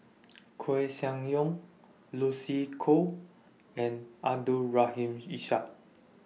Koeh Sia Yong Lucy Koh and Abdul Rahim Ishak